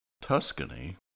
Tuscany